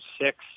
six